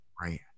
Right